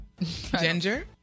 Ginger